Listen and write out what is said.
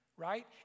right